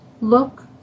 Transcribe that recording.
look